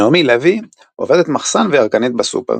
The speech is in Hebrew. נעמי לוי עובדת מחסן וירקנית בסופר.